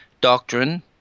doctrine